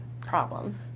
problems